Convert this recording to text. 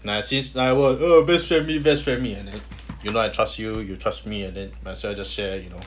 ya since oh best friend me best friend me and then you know I trust you you trust me and then might as well just share you know